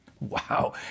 wow